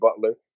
Butler